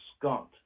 Scott